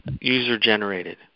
user-generated